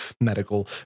medical